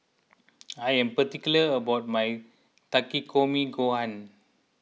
I am particular about my Takikomi Gohan